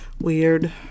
Weird